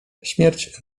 śmierć